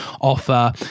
offer